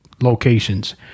locations